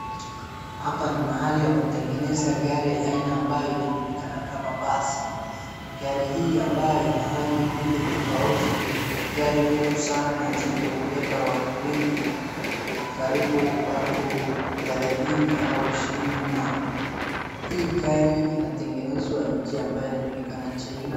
Hapa ni mahali ya kutengeneza gari aina ambayo inajulikana kama basi, gari hii ya ambayo ina rangi mbili tofauti ni gari refu sana na nzito na hubeba watu wengi , karibu watu thelathini au ishirini na . Hii gari inatengenezwa nchi ambayo inajulikana kama Chaina.